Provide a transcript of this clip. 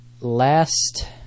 last